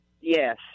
Yes